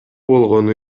болгону